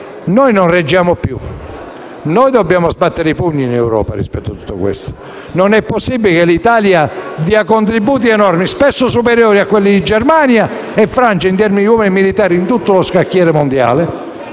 Noi non reggiamo più. Dobbiamo sbattere i pugni in Europa rispetto a tutto questo. Non è possibile che l'Italia dia contributi enormi, spesso superiori a quelli di Germania e Francia, in termini di uomini, in tutto lo scacchiere mondiale